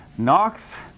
Knox